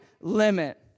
limit